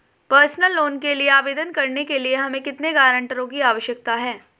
Personal loan के लिए आवेदन करने के लिए हमें कितने गारंटरों की आवश्यकता है?